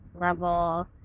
level